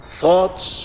thoughts